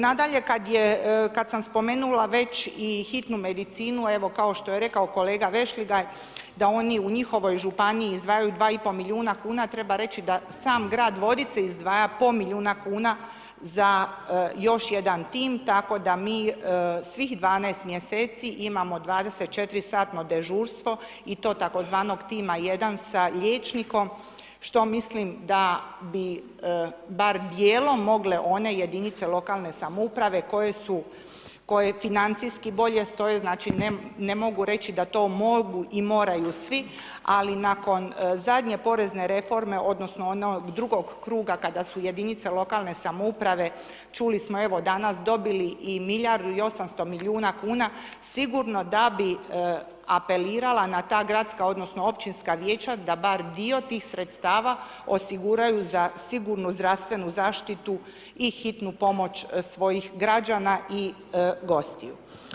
Nadalje kad sam spomenula već i hitnu medicinu, evo kao što je rekao kolega Vešligaj da oni u njihovoj županiji izdvajaju 2,5 milijuna kuna treba reći da sam grad Vodice izdvaja pol milijuna kuna za još jedan tim, tako da mi svih 12 mjeseci imamo 24h-tno dežurstvo i to tzv. tima 1 sa liječnikom što mislim da bi bar dijelom mogle one jedinice lokalne samouprave koje su, koje financijski bolje stoje, znači ne mogu reći da to mogu i moraju svi ali nakon zadnje porezne reforme, odnosno onog drugog kruga kada su jedinice lokalne samouprave, čuli smo evo danas dobili i milijardu i 800 milijuna kuna sigurno da bi apelirala na ta gradska, odnosno općinska vijeća da bar dio tih sredstava osiguraju za sigurnu zdravstvenu zaštitu i hitnu pomoć svojih građana i gostiju.